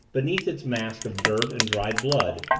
beneath its mask of dirt and dried blood,